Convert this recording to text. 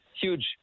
huge